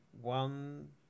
one